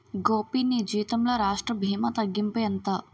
గోపీ నీ జీతంలో రాష్ట్ర భీమా తగ్గింపు ఎంత